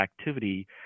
activity